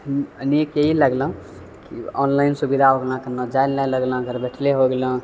नीक यही लगलँ कि ऑनलाइन सुविधा हो गेलँ जाइ लऽ नहि लगलँ घर बैठले हो गेलँ